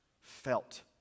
felt